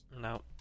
No